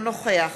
אינו נוכח